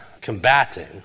combating